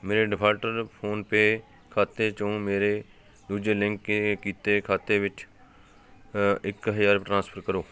ਮੇਰੇ defaulter PhonePe ਖਾਤੇ 'ਚੋਂ ਮੇਰੇ ਦੂਜੇ ਲਿੰਕ ਕੀਤੇ ਖਾਤੇ ਵਿੱਚ ਇੱਕ ਹਜ਼ਾਰ ਰੁਪਏ ਟ੍ਰਾਂਸਫਰ ਕਰੋ